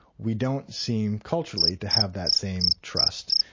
we don't seem culturally, to have that same trust.